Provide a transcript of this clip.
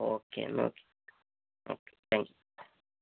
okay എന്നാൽ okay okay thank you